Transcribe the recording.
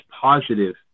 positive